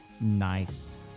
Nice